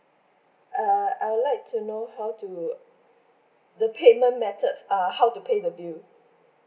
uh I would like to know how to the payment method err how to pay the bill